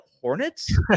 Hornets